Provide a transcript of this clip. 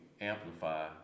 amplify